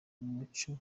umuco